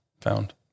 found